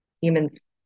humans